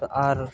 ᱛᱳ ᱟᱨ